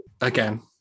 again